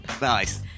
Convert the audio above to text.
Nice